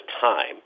time